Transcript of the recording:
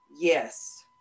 Yes